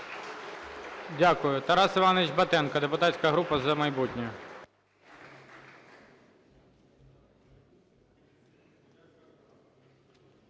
Дякую. Тарас Іванович Батенко, депутатська група "За майбутнє".